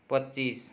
पच्चिस